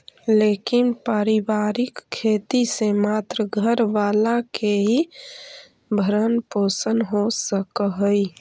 लेकिन पारिवारिक खेती से मात्र घर वाला के ही भरण पोषण हो सकऽ हई